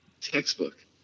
textbook